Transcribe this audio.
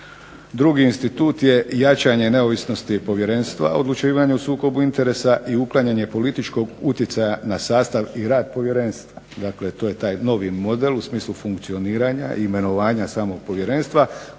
Drugi institut je jačanje neovisnosti povjerenstva odlučivanju o sukobu interesa i uklanjanje političkog utjecaja na sastav i rad povjerenstva. Dakle, to je taj novi model u smislu funkcioniranja i imenovanja samog povjerenstva